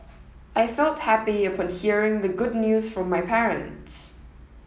I felt happy upon hearing the good news from my parents